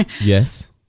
Yes